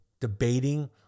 debating